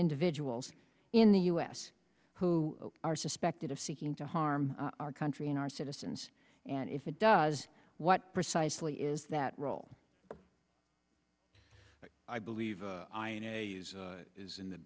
individuals in the u s who are suspected of seeking to harm our country and our citizens and if it does what precisely is that role i believe is in the